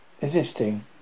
existing